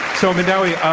so madawi,